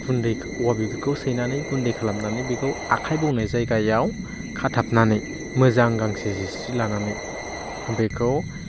गुन्दै औवा बिगुरखौ सैनानै गुन्दै खालामनानै बेखौ आखाइ बौनाय जायगायाव खाथाबनानै मोजां गांसे जिस्रि लानानै बेखौ